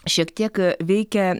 šiek tiek veikia